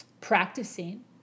practicing